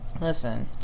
Listen